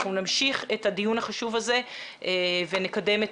אנחנו נמשיך את הדיון החשוב הזה ונקדם את